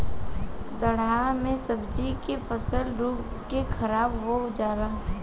दहाड़ मे सब्जी के फसल डूब के खाराब हो जला